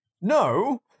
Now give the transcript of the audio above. No